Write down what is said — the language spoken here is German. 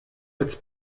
als